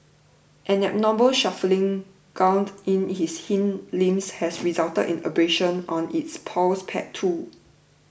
an abnormal shuffling gait in its hind limbs has resulted in abrasions on its paws pads too